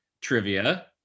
trivia